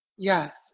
Yes